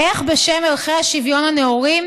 איך בשם ערכי השוויון הנאורים